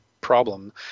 problem